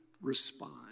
respond